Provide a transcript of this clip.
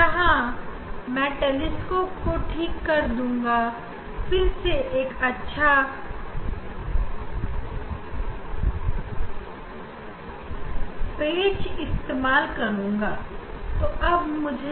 अब मैं इस पर टेलीस्कोप ला कर उसका क्रॉसवायर लगाऊंगा और इस पेच का इस्तेमाल करुंगा